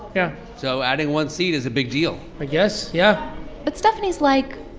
yeah so adding one seat is a big deal i guess, yeah but stephani's like,